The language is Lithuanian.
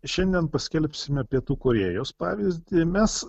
šiandien paskelbsime pietų korėjos pavyzdį mes